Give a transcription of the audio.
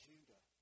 Judah